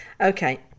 Okay